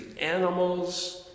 animals